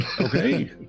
Okay